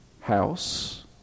house